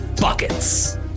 buckets